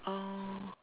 oh